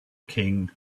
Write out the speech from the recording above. king